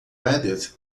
reddit